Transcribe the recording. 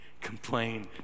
complain